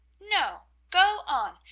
no, go on!